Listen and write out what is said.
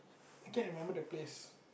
I can remember the place